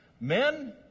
men